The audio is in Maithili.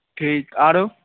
ठीक आरो